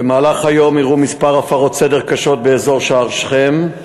במהלך היום אירעו כמה הפרות סדר קשות באזור שער שכם,